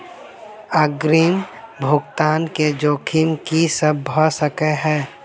अग्रिम भुगतान केँ जोखिम की सब भऽ सकै हय?